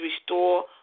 restore